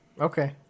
Okay